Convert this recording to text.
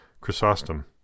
Chrysostom